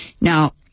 Now